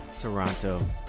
Toronto